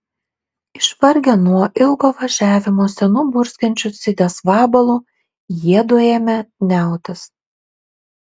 išvargę nuo ilgo važiavimo senu burzgiančiu sidės vabalu jiedu ėmė niautis